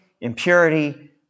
impurity